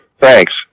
Thanks